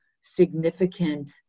significant